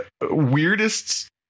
weirdest